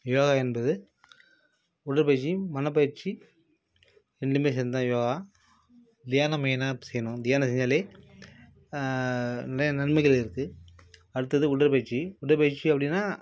யோகா என்பது உடற்பயிற்சி மனப்பயிற்சி இரண்டுமே சேர்ந்து தான் யோகா தியானம் மெய்னாக செய்யணும் தியானம் செஞ்சாலே நிறைய நன்மைகள் இருக்குது அடுத்தது உடற்பயிற்சி உடற்பயிற்சி அப்படின்னா